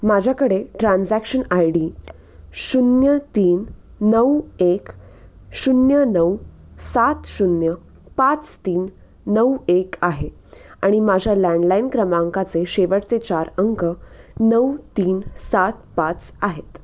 माझ्याकडे transaction I D शून्य तीन नऊ एक शून्य नऊ सात शून्य पाच तीन नऊ एक आहे आणि माझ्या लँडलाइन क्रमांकाचे शेवटचे चार अंक नऊ तीन सात पाच आहेत